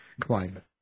climate